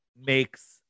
makes